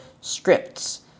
scripts